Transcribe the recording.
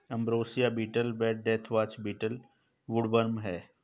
ambrosia beetle व deathwatch beetle woodworm हैं